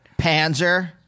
Panzer